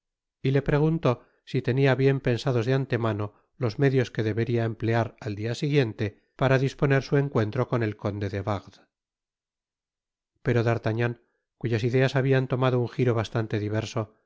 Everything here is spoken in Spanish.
y le preguntó si tenia bien pensados de antemano los medios que deberia emplear'al dia siguiente para disponer su encuentro con el conde de wardes pero d'artagnan cuyas ideas habian tomado un jiro bastante diverso